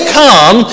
come